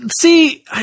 See